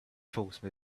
false